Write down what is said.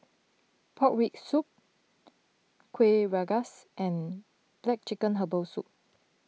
Pork Rib Soup Kueh Rengas and Black Chicken Herbal Soup